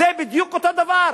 זה בדיוק אותו דבר,